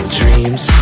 dreams